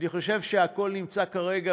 אני חושב שהכול נמצא כרגע